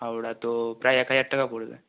হাওড়া তো প্রায় এক হাজার টাকা পড়বে